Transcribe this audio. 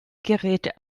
geräte